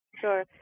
sure